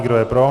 Kdo je pro?